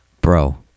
Bro